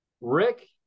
Rick